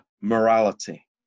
morality